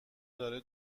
داره